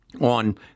on